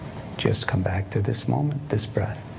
just come back to this moment, this breath.